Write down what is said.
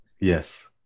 Yes